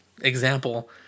example